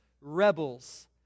rebels